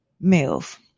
move